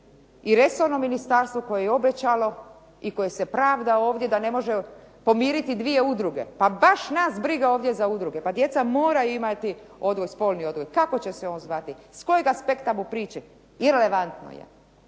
i resorno ministarstvo koje je obećalo i koje se pravda ovdje da ne može pomiriti dvije udruge. Pa baš nas briga ovdje za udruge, djeca moraju imati spolni odgoj. Kako će se on zvati, s kojeg aspekta mu prići irelevantno je.